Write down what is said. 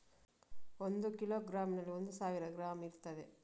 ಒಂದು ಕಿಲೋಗ್ರಾಂನಲ್ಲಿ ಒಂದು ಸಾವಿರ ಗ್ರಾಂ ಇರ್ತದೆ